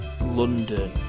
London